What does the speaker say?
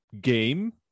game